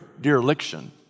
dereliction